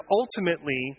ultimately